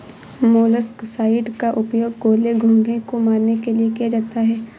molluscicides का उपयोग गोले, घोंघे को मारने के लिए किया जाता है